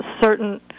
certain